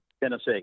Tennessee